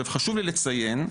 חשוב לי לציין,